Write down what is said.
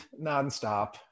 nonstop